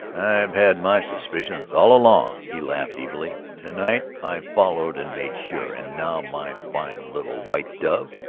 i've had my suspicions all along, he laughed evilly. to-night i followed and made sure. and now, my fine little white dove,